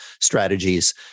strategies